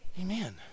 Amen